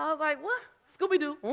um like, what? scooby-doo,